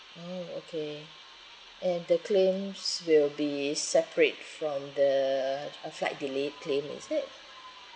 mm okay and the claims will be separate from the uh flight delay claim is it